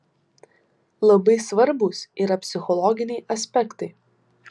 labai svarbūs yra psichologiniai aspektai